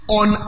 on